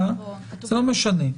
לא משנה,